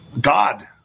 God